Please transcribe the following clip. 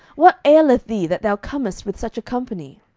what aileth thee, that thou comest with such a company?